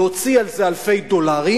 להוציא על זה אלפי דולרים,